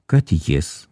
kad jis